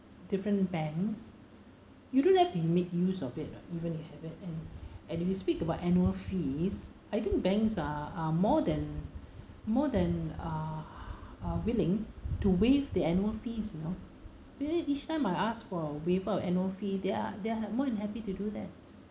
different banks you don't have to make use of it right even if you have it and we speak about annual fees I think banks are are more than more than uh are willing to waive the annual fees you know really each time I asked for a waiver of annual fee they are they are more than happy to do that